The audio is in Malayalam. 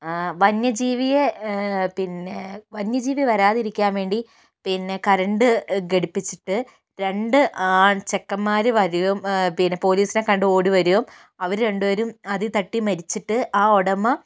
വന്യജീവിയെ പിന്നെ വന്യ ജീവി വരാതിരിക്കാൻ വേണ്ടി പിന്നെ കറന്റ് ഘടിപ്പിച്ചിട്ട് രണ്ട് ആൺ ചെക്കന്മാര് വരുവും പോലീസിനെ കണ്ട് ഓടി വരും അവര് രണ്ട് പേരും അതിൽ തട്ടി മരിച്ചിട്ട് ആ ഉടമ